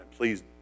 please